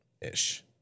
ish